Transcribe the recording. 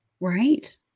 Right